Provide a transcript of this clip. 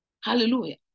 Hallelujah